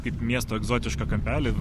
kaip miesto egzotišką kampelį